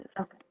Okay